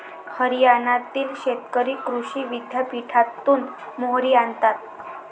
हरियाणातील शेतकरी कृषी विद्यापीठातून मोहरी आणतात